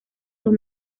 los